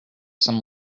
some